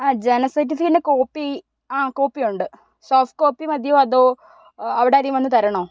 ആ ജനന സർട്ടിഫിക്കറ്റിൻ്റെ കോപ്പി ആ കോപ്പി ഉണ്ട് സോഫ്റ്റ് കോപ്പി മതിയോ അതോ അവിടെ ആരെങ്കിലും വന്നു തരണോ